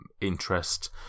interest